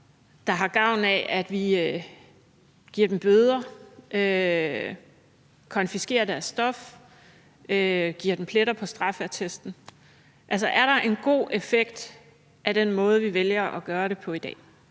der har gavn af, at vi giver dem bøder, konfiskerer deres stof, giver dem pletter på straffeattesten? Altså, er der en god effekt af den måde, vi vælger at gøre det på i dag?